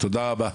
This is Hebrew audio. תודה רבה,